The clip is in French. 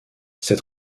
s’est